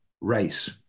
race